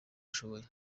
ashoboye